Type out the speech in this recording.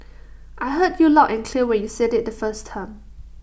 I heard you loud and clear when you said IT the first time